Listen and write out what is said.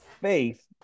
faith